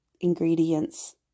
ingredients